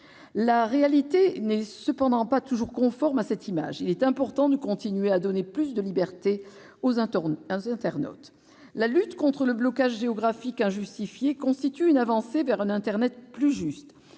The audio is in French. la réalité n'est pas toujours conforme à cette image. Il est important de continuer à donner plus de liberté aux internautes. La lutte contre le blocage géographique injustifié constitue une avancée vers un internet plus juste.